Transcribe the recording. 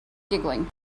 giggling